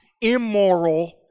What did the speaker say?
immoral